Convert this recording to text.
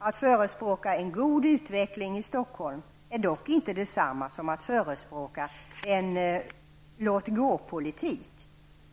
Att förespråka en god utveckling i Stockholm är dock inte detsamma som att förespråka en låt-gåpolitik.